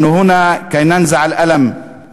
אנחנו פה כדי להסיר את הכאב ולזרוע